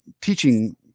teaching